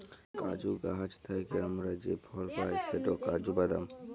কাজু গাহাচ থ্যাইকে আমরা যে ফল পায় সেট কাজু বাদাম